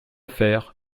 faire